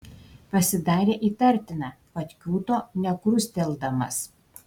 pasidarė įtartina kad kiūto nekrusteldamas